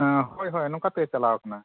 ᱦᱳᱭ ᱦᱳᱭ ᱱᱚᱝᱠᱟᱛᱮ ᱪᱟᱞᱟᱣ ᱠᱟᱱᱟ